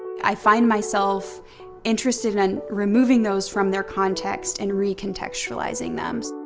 i find myself interested in and removing those from their context and re-contextualizing them.